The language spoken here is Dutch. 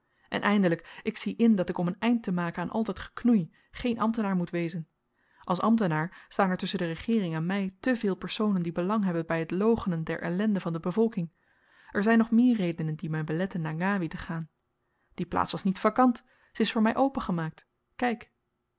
en eindelyk ik zie in dat ik om een eind te maken aan al dat geknoei geen ambtenaar moet wezen als ambtenaar staan er tusschen de regeering en my te veel personen die belang hebben by t loochenen der ellende van de bevolking er zyn nog meer redenen die my beletten naar ngawi te gaan die plaats was niet vakant ze is voor my open gemaakt kyk